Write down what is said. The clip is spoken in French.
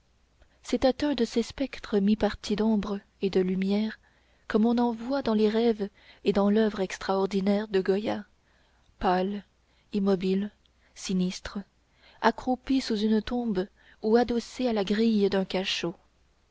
c'était un de ces spectres mi-partis d'ombre et de lumière comme on en voit dans les rêves et dans l'oeuvre extraordinaire de goya pâles immobiles sinistres accroupis sur une tombe ou adossés à la grille d'un cachot